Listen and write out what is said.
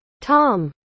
Tom